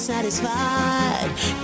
Satisfied